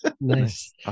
Nice